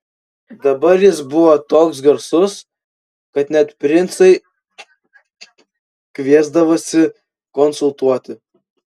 dabar jis buvo toks garsus kad net princai kviesdavosi konsultuoti